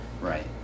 right